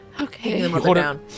Okay